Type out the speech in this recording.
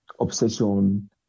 obsession